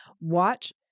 Watch